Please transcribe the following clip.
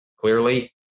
clearly